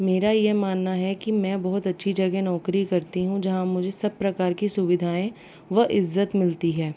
मेरा ये मानना है कि मैं बहुत अच्छी जगह नौकरी करती हूँ जहाँ मुझे सब प्रकार की सुविधाएं व इज्जत मिलती है